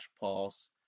pass